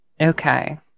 Okay